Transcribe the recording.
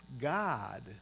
God